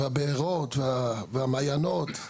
הבארות והמעיינות,